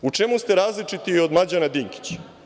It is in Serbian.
U čemu ste različiti i od Mlađana Dinkića?